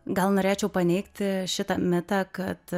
gal norėčiau paneigti šitą mitą kad